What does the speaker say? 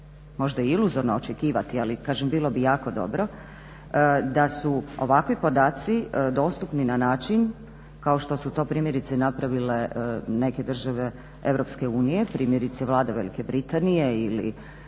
možda i iluzorno očekivati, ali kažem bilo bi jako dobro da su ovakvi podaci dostupni na način kako što su to primjerice napravile neke države EU, primjerice Vlada Velike Britanije ili